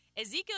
ezekiel